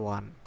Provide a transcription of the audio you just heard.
One